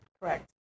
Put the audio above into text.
Correct